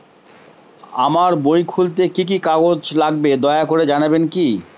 আমার বই খুলতে কি কি কাগজ লাগবে দয়া করে জানাবেন কি?